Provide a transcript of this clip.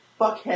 fuckhead